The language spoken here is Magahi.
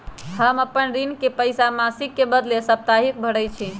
हम अपन ऋण के पइसा मासिक के बदले साप्ताहिके भरई छी